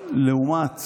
לעומת